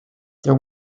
their